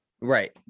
Right